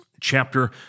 chapter